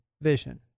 vision